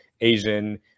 asian